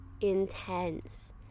intense